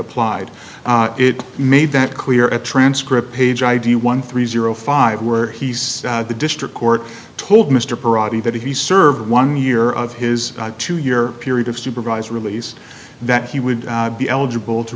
applied it made that clear at transcript page idea one three zero five were he's the district court told mr parady that he served one year of his two year period of supervised release that he would be eligible to